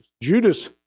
Judas